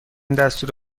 دستور